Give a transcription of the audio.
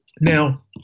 Now